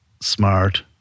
smart